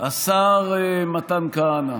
השר מתן כהנא,